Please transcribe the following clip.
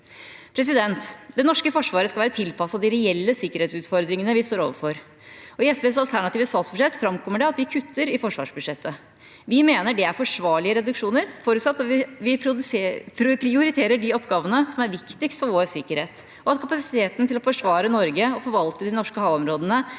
budsjettet. Det norske forsvaret skal være tilpasset de reelle sikkerhetsutfordringene vi står overfor. I SVs alternative statsbudsjett framkommer det at vi kutter i forsvarsbudsjettet. Vi mener det er forsvarlige reduksjoner, forutsatt at vi prioriterer de oppgavene som er viktigst for vår sikkerhet, og at kapasiteten til å forsvare Norge og forvalte de norske havområdene